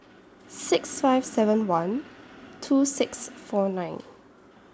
six five seven one two six four nine